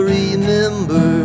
remember